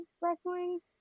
wrestling